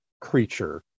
Creature